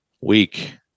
week